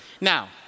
Now